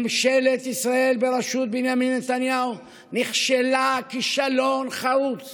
ממשלת ישראל בראשות בנימין נתניהו נכשלה כישלון חרוץ